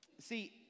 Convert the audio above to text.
see